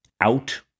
out